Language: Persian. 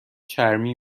چرمی